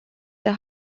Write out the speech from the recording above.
der